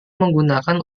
menggunakan